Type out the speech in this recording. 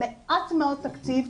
במעט מאוד תקציב,